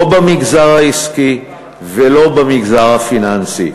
לא במגזר העסקי ולא במגזר הפיננסי.